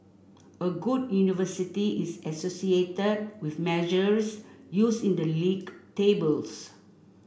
a good university is associated with measures used in the league tables